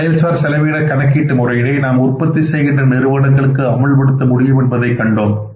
இந்த செயல் சார் செலவின கணக்கீட்டு முறையினை நாம் உற்பத்தி செய்கின்ற நிறுவனங்களுக்கு அமல்படுத்த முடியும் என்பதை கண்டோம்